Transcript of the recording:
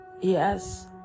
Yes